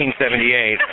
1978